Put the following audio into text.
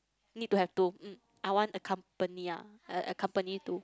need to have two mm I want accompany ah accompany two